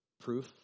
proof